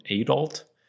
adult